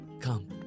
Come